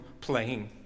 playing